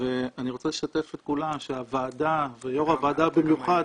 ואני רוצה לשתף את כולם שהוועדה ויו"ר הוועדה במיוחד